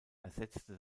ersetzte